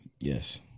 Yes